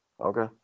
okay